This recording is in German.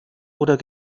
oder